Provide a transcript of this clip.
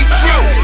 true